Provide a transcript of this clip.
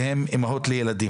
והן אמהות לילדים.